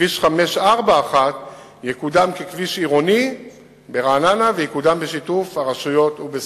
כביש 541 יקודם ככביש עירוני ברעננה ויקודם בשיתוף הרשויות ובסביבתו.